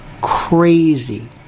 crazy